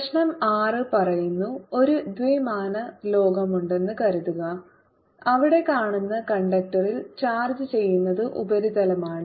പ്രശ്നം 6 പറയുന്നു ഒരു ദ്വിമാന ലോകമുണ്ടെന്ന് കരുതുക അവിടെ കാണുന്നു കണ്ടക്ടറിൽ ചാർജ് ചെയ്യുന്നത് ഉപരിതലമാണ്